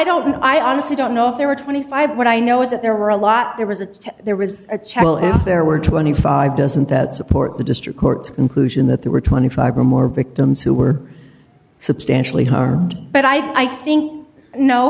know i honestly don't know if there were twenty five what i know is that there were a lot there was a there was a chapel and there were twenty five doesn't that support the district court's conclusion that there were twenty five or more victims who were substantially harmed but i think no